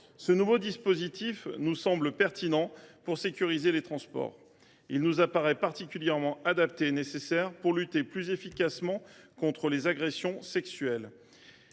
Ce nouveau dispositif nous semble pertinent pour sécuriser les transports. Il nous apparaît particulièrement adapté et nécessaire pour lutter plus efficacement contre les agressions sexuelles.